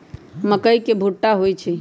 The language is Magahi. मकई के भुट्टा होई छई